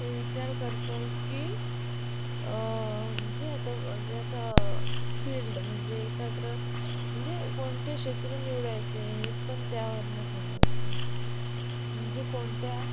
ते विचार करत आहेत की जे आता म्हणजे आता फील्ड म्हणजे एकत्र म्हणजे कोणते क्षेत्र निवडायचे हे पण त्यावरनं ठरवत आहेत म्हणजे कोणत्या